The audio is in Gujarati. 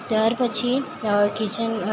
ત્યાર પછી કિચન